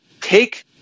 take